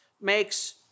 makes